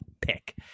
pick